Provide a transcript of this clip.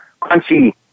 crunchy